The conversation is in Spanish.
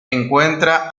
encuentra